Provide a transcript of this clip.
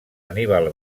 anníbal